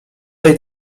tej